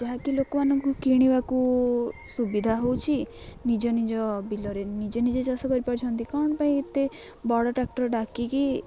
ଯାହାକି ଲୋକମାନଙ୍କୁ କିଣିବାକୁ ସୁବିଧା ହେଉଛି ନିଜ ନିଜ ବିଲରେ ନିଜେ ନିଜେ ଚାଷ କରିପାରୁଛନ୍ତି କ'ଣ ପାଇଁ ଏତେ ବଡ଼ ଟ୍ରାକ୍ଟର୍ ଡାକିକି